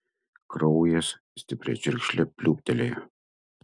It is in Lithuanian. kraujas stipria čiurkšle pliūptelėjo